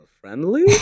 friendly